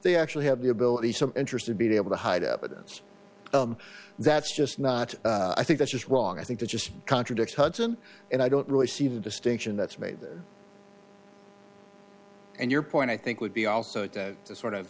they actually have the ability some interest to be able to hide evidence that's just not i think that's just wrong i think that's just contradicts hudson and i don't really see the distinction that's made there and your point i think would be also to sort of